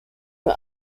nur